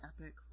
epic